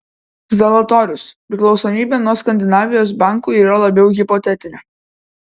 zalatorius priklausomybė nuo skandinavijos bankų yra labiau hipotetinė